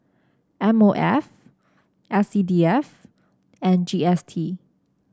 M O F S C D F and G S T